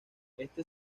este